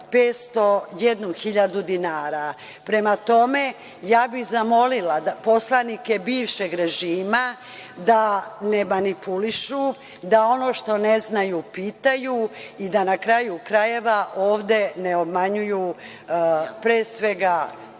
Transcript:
hiljadu dinara. Prema tome, ja bih zamolila poslanike bivšeg režima da ne manipulišu, da ono što ne znaju pitaju i da na kraju krajeva ovde ne obmanjuju pre svega